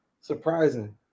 Surprising